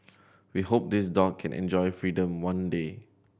we hope this dog can enjoy freedom one day